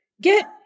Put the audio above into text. get